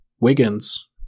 Wiggins